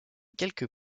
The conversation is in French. quelques